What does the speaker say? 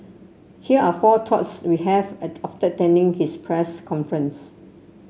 here are four thoughts we have after attending his press conference